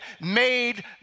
made